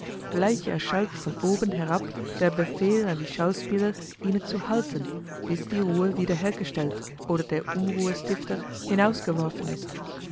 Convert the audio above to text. gleich erschallt von oben herab der befehl an die schauspieler inne zu halten bis die ruhe wieder hergestellt oder der unruhestifter hinausgeworfen ist